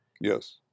Yes